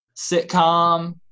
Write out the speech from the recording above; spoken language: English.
sitcom